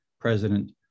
president